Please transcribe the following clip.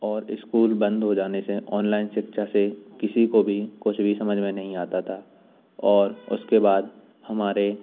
और इस्कुल बंद हो जाने से औनलाइन शिक्षा से किसी को भी कुछ भी समझ में नहीं आता था और उसके बाद हमारे